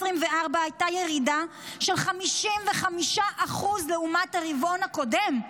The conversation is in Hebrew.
הייתה ירידה של 55% לעומת הרבעון הקודם.